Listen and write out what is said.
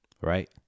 Right